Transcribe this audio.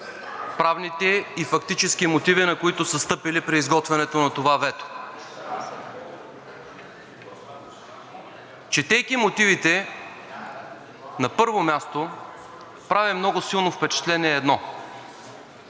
правните и фактически мотиви, на които са стъпили при изготвянето на това вето. Четейки мотивите, на първо място, прави много силно впечатление едно